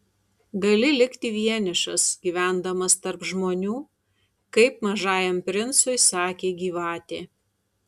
gali likti vienišas gyvendamas tarp žmonių kaip mažajam princui sakė gyvatė